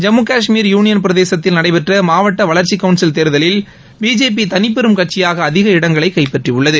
Jammu Kashmir union பிரதேசத்தில் நடைபெற்ற மாவட்ட வளர்ச்சி கவுன்சில் தேர்தலில் பிஜேபி தனிபெரும் கட்சியாக அதிக இடங்களை கைப்பற்றி உள்ளது